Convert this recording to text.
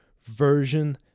version